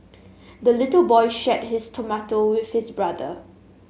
the little boy shared his tomato with his brother